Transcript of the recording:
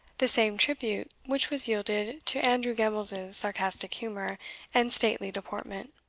the same tribute which was yielded to andrew gemmells' sarcastic humour and stately deportment.